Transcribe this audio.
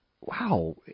wow